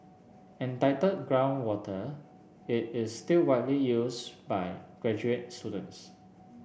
entitled Groundwater it is still widely used by graduate students